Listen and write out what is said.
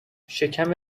شکم